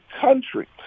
country